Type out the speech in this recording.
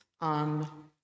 on